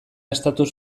estatus